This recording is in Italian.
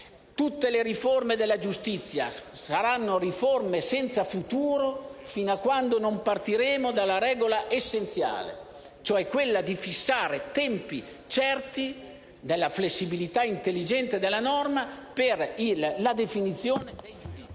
Tutte le riforme della giustizia saranno senza futuro, sino a quando non partiremo dalla regola essenziale di fissare tempi certi, nella flessibilità intelligente della norma, per la definizione del giudizio.